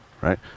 right